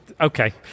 Okay